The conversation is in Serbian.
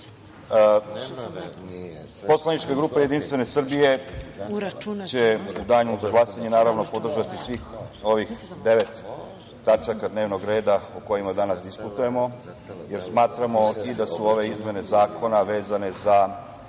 poslanička grupa JS će u danu za glasanje, naravno, podržati svih ovih devet tačaka dnevnog reda o kojima danas diskutujemo, jer smatramo da su ove izmene zakona vezane za